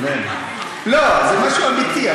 לא, זה משהו אמיתי.